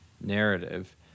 narrative